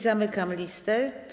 Zamykam listę.